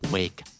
Wake